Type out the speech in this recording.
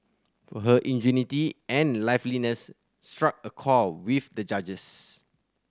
for her ingenuity and liveliness struck a chord with the judges